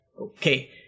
Okay